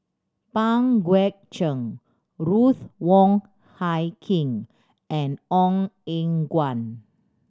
Pang Guek Cheng Ruth Wong Hie King and Ong Eng Guan